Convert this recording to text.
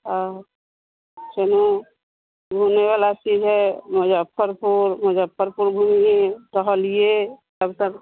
और सेनो घूमने वाला चीज़ है मुज़्ज़फ़्फ़रपुर मुज़्ज़फ़्फ़रपुर घूमिए टहलिए तब तक